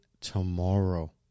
tomorrow